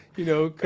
you know,